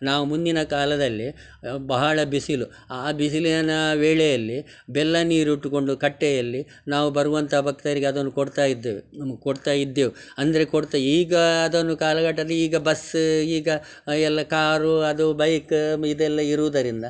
ನಾವು ಮುಂದಿನ ಕಾಲದಲ್ಲಿ ಬಹಳ ಬಿಸಿಲು ಆ ಬಿಸಿಲಿನ ವೇಳೆಯಲ್ಲಿ ಬೆಲ್ಲ ನೀರಿಟ್ಟುಕೊಂಡು ಕಟ್ಟೆಯಲ್ಲಿ ನಾವು ಬರುವಂತಹ ಭಕ್ತರಿಗೆ ಅದನ್ನು ಕೊಡ್ತಾಯಿದ್ದೇವೆ ಕೊಡ್ತಾಯಿದ್ದೆವು ಅಂದರೆ ಕೊಡ್ತಾ ಈಗ ಅದನ್ನು ಕಾಲಘಟ್ಟದಲ್ಲಿ ಈಗ ಬಸ್ ಈಗ ಎಲ್ಲ ಕಾರು ಅದು ಬೈಕ್ ಇದೆಲ್ಲ ಇರುವುದರಿಂದ